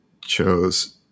chose